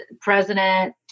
president